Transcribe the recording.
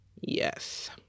Yes